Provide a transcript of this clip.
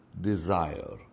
desire